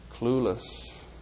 clueless